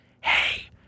hey